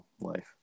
life